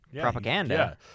propaganda